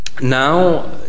now